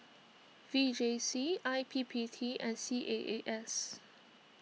V J C I P P T and C A A S